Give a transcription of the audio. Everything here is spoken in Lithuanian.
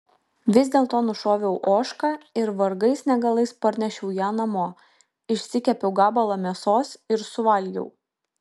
vis dėlto nušoviau ožką ir vargais negalais parnešiau ją namo išsikepiau gabalą mėsos ir suvalgiau